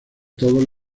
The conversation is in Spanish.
todos